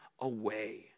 away